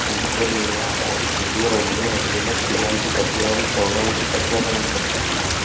उदरनिर्वाहासाठी शेतीवर अवलंबून असलेल्या स्त्रियांची टक्केवारी चौऱ्याऐंशी टक्क्यांपर्यंत